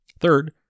Third